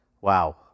wow